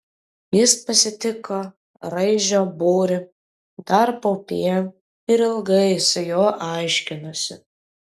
jis pasitiko raižio būrį dar paupyje ir ilgai su juo aiškinosi